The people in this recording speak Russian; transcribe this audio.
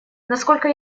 насколько